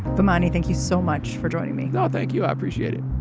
the money. thank you so much for joining me now. thank you. i appreciate it.